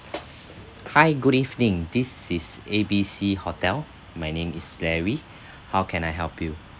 hi good evening this is A B C hotel my name is larry how can I help you